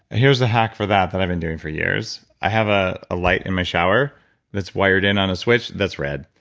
here's a hack for that that i've been doing for years. i have ah a light in my shower that's wired in a switch that's red.